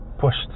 pushed